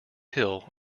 hill